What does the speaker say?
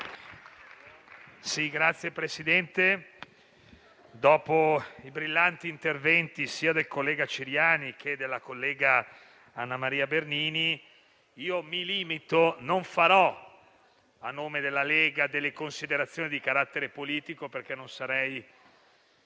Signor Presidente, dopo i brillanti interventi sia del collega Ciriani che della collega Anna Maria Bernini, non farò a nome della Lega considerazioni di carattere politico, perché non sarei